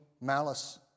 malice